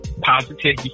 Positivity